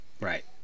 right